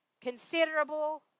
considerable